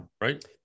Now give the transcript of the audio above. Right